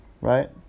right